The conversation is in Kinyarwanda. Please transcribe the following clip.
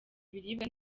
ibiribwa